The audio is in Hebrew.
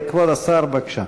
כבוד השר, בבקשה.